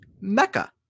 Mecca